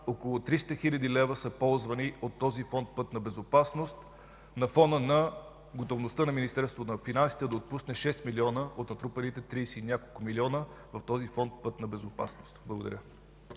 около 300 хил. лв. са ползвани от фонд „Пътна безопасност”, на фона на готовността на Министерството на финансите да отпусне 6 млн. лв. от натрупаните тридесет и няколко милиона лева във фонд „Пътна безопасност”. Благодаря.